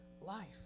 life